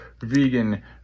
vegan